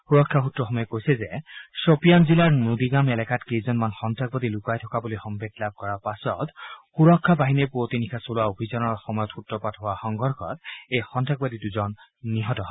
সুৰক্ষা সত্ৰসমূহে কৈছে যে খৰিয়ান জিলাৰ নদীগাম এলেকাত কেইজনমান সন্তাসবাদী লুকাই থকা বুলি সম্ভেদ লাভ কৰাৰ পাছত সুৰক্ষা বাহিনীয়ে পুঁৱতি নিশা চলোৱা অভিযানৰ সময়ত সূত্ৰপাত হোৱা সংঘৰ্ষত এই সন্ত্ৰাসবাদী দুজন নিহত হয়